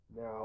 Now